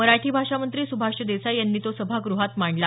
मराठी भाषा मंत्री सुभाष देसाई यांनी तो सभागृहात मांडला